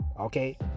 Okay